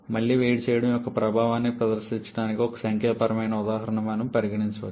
మళ్లీ వేడి చేయడం యొక్క ప్రభావాన్ని ప్రదర్శించడానికి ఒక సంఖ్యాపరమైన ఉదాహరణను మళ్లీ పరిగణించవచ్చు